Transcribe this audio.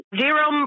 zero